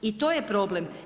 I to je problem.